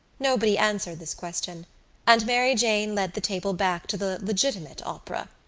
nobody answered this question and mary jane led the table back to the legitimate opera.